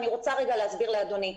אני רוצה להסביר לאדוני.